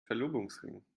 verlobungsring